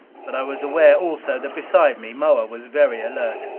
but i was aware also, that beside me moa was very alert.